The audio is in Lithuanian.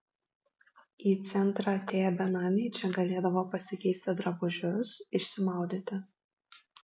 į centrą atėję benamiai čia galėdavo pasikeisti drabužius išsimaudyti